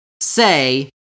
say